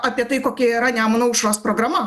apie tai kokia yra nemuno aušros programa